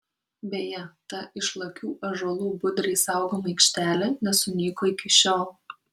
beje ta išlakių ąžuolų budriai saugoma aikštelė nesunyko iki šiol